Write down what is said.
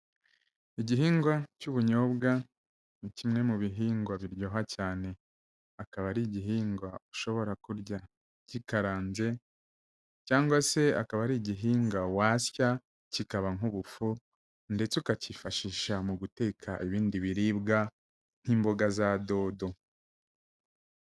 Igihingwa cy'ubunyobwa ni kimwe mu bihingwa biryoha cyane, akaba ari igihingwa ushobora kurya gikaranze, cyangwa se akaba ari igihinga wasya kikaba nk'ubufu, ndetse ukakifashisha mu guteka ibindi biribwa nk'imboga za dodo.